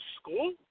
school